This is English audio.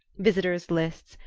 visitors' lists,